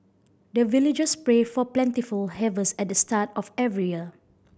the villagers pray for plentiful harvest at the start of every year